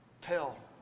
tell